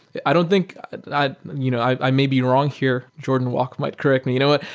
i don't think i you know i may be wrong here. jordan walke might correct me. you know what?